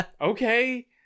okay